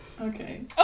Okay